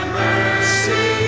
mercy